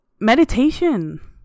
meditation